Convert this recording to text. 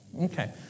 Okay